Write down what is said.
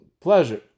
pleasure